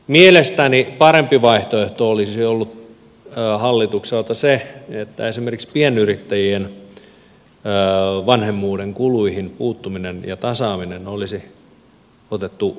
mielestäni parempi vaihtoehto olisi ollut hallitukselta se että esimerkiksi pienyrittäjien vanhemmuuden kuluihin puuttuminen ja tasaaminen olisi otettu kunnolla käsittelyyn